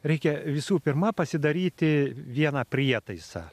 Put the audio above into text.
reikia visų pirma pasidaryti vieną prietaisą